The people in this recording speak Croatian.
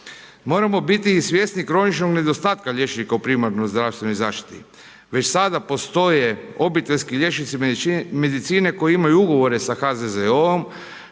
Moramo biti i svjesni kroničnog nedostatka liječnika u primarnoj zdravstvenoj zaštiti. Već sada postoje obiteljski liječnici medicine koji imaju ugovore sa HZZO-om